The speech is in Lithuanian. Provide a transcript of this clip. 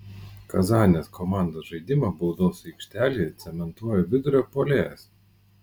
kazanės komandos žaidimą baudos aikštelėje cementuoja vidurio puolėjas